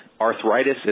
Arthritis